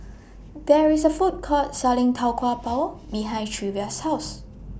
There IS A Food Court Selling Tau Kwa Pau behind Treva's House